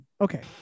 Okay